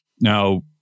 now